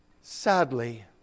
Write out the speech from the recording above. sadly